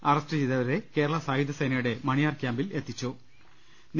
arrest ചെയ്തവരെ കേരള സായുധസേ നയുടെ മണിയാർ ക്യാമ്പിൽ എത്തിച്ചിട്ടുണ്ട്